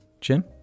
jim